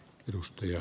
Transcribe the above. puhemies